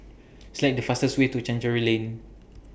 Select The fastest Way to Chancery Lane